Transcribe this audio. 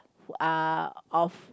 uh of